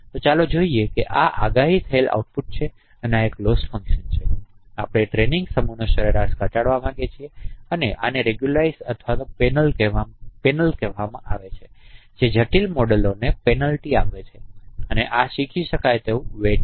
તો ચાલો જોઈએ તેથી આ આગાહી થયેલ આઉટપુટ છે અને આ એક લોસફંકશન છે આપણે ટ્રેનિંગ સમૂહની સરેરાશ ઘટાડવા માગીએ છીએ અને આને રેગ્યુલાઇઝર અથવા પેનલ કહેવામાં આવે છે જે જટિલ મોડેલોને પેનલ્ટી આપે છે અને આ શીખી શકાય તેવું વેટ છે